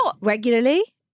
regularly